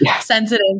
sensitive